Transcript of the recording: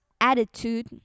attitude